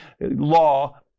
law